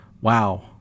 Wow